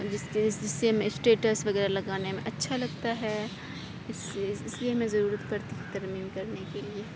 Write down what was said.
جس کے جس سے میں اسٹیٹس وغیرہ لگانے میں اچھا لگتا ہے اس سے اس لیے ہمیں ضرورت پڑتی ہے ترمیم کرنے کے لیے